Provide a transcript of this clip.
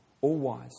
all-wise